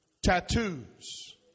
tattoos